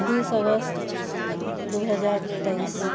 बीस अगस्त दू हजार तेइस